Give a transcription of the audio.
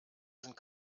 sind